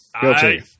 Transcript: Guilty